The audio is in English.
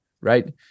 Right